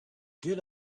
get